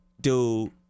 dude